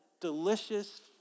delicious